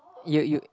you you